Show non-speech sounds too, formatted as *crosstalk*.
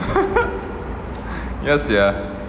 *laughs* ya sia